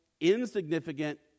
insignificant